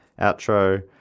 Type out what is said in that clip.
outro